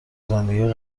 زندگی